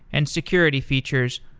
and security features,